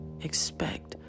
expect